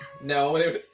No